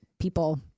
people